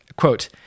quote